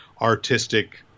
artistic